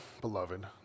beloved